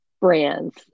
brands